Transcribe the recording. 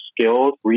skilled